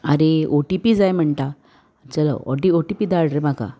आरे O T P जाय म्हणटा चलो ओटी ओ टी पी धाड रे म्हाका